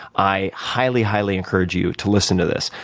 i highly highly encourage you to listen to this.